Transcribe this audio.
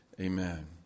Amen